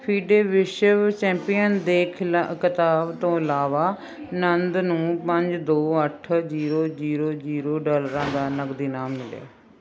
FIDE ਵਿਸ਼ਵ champion ਦੇ ਖਿਲਾ ਖਿਤਾਬ ਤੋਂ ਇਲਾਵਾ ਆਨੰਦ ਨੂੰ ਪੰਜ ਦੋ ਅੱਠ ਜੀਰੋ ਜੀਰੋ ਜੀਰੋ ਡਾਲਰਾਂ ਦਾ ਨਗਦ ਇਨਾਮ ਮਿਲਿਆ